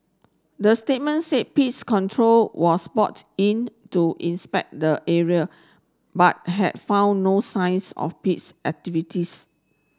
the statement said pest control was brought in to inspect the area but had found no signs of pest activities